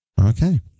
Okay